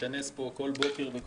להתכנס פה כל בוקר.